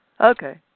Okay